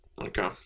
okay